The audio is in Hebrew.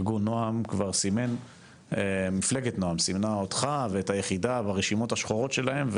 מפלגת "נעם" כבר סימנה אותך ואת היחידה ברשימות השחורות שלהם,